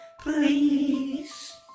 Please